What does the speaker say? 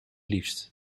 liefst